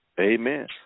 Amen